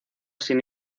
sin